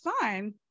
fine